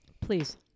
Please